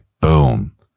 boom